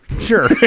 sure